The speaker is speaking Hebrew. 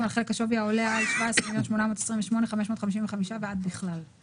1. על חלק השווי שעד 5 מיליון ו-348,565 שקלים חדשים 8%,